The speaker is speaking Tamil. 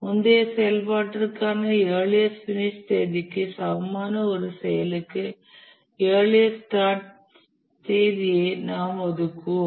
முந்தைய செயல்பாட்டிற்கான இயர்லியஸ்ட் பினிஷ் தேதிக்கு சமமான ஒரு செயலுக்கு இயர்லியஸ்ட் ஸ்டார்ட் தேதியை நாம் ஒதுக்குவோம்